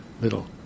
little